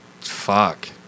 fuck